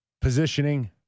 positioning